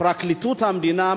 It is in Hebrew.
פרקליטות המדינה,